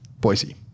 Boise